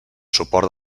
suport